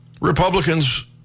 Republicans